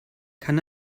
kann